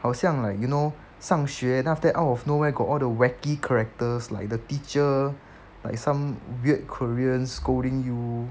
好像 like you know 上学 then after that out of nowhere got the whacky characters like the teacher like some weird korean scolding you